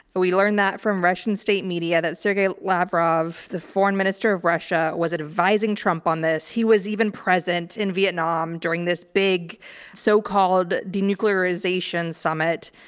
but we learned that from russian state media that sergey lavrov, the foreign minister of russia was advising trump on this. he was even present in vietnam during this big so-called denuclearization summit.